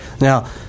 Now